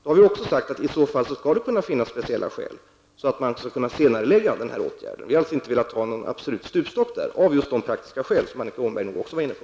Vi har sagt att det i så fall skall finnas speciella skäl så att denna åtgärd skall kunna senareläggas. Vi har alltså inte velat ha någon absolut stupstock där av de praktiska skäl som även Annika Åhnberg har varit inne på.